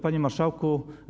Panie Marszałku!